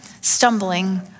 stumbling